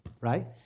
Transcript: right